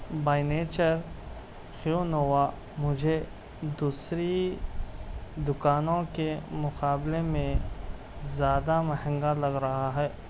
by nature قیونووا مجھے دوسری دکانوں کے مقابلے میں زیادہ مہنگا لگ رہا ہے